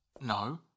No